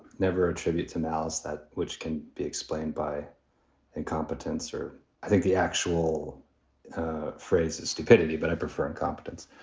never attribute to malice that which can be explained by incompetence or i think the actual phrase is stupidity. but i prefer incompetence.